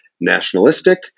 nationalistic